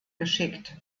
geschickt